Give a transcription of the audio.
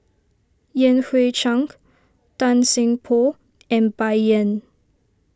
Yan Hui Chang Tan Seng Poh and Bai Yan